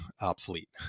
obsolete